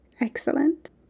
Excellent